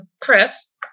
Chris